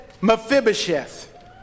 Mephibosheth